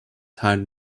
heart